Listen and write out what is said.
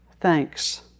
Thanks